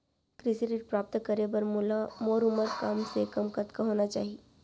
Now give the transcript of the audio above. कृषि ऋण प्राप्त करे बर मोर उमर कम से कम कतका होना चाहि?